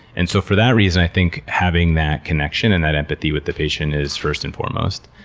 and so for that reason, i think having that connection and that empathy with the patient is first and foremost.